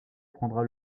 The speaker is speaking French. prendra